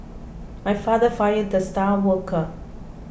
my father fired the star worker